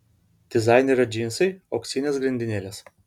dizainerio džinsai auksinės grandinėlės